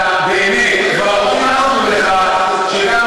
אתה באמת, כבר הוכחנו לך שגם